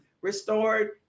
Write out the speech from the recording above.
restored